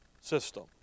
system